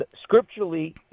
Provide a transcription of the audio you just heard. scripturally